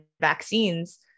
vaccines